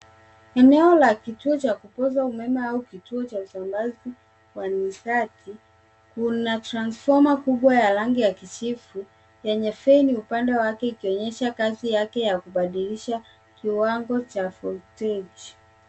Eneo la kituo cha kupooza umeme au kituo cha usambazi wa nishati. Kuna kubwa ya rangi ya kijivu yenye fremu upande wake ikionyesha kazi yake ya kubadilisha kiwango cha voltage .